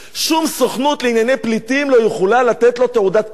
שום סוכנות לענייני פליטים לא יכולה לתת לו תעודת פליט.